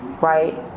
right